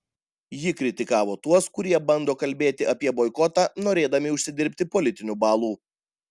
ji kritikavo tuos kurie bando kalbėti apie boikotą norėdami užsidirbti politinių balų